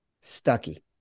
Stucky